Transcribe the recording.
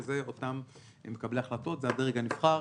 וזה הדרג הנבחר,